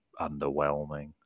underwhelming